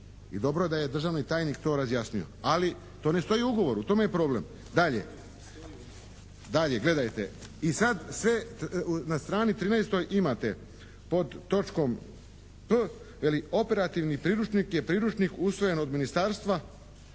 dobro je da je državni tajnik to razjasnio, ali to ne stoji u ugovoru, u tome je problem. Dalje, gledajte, i sad sve, na strani 13. imate pod točkom P veli operativni priručnik je priručnik usvojen od Ministarstva